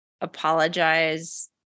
apologize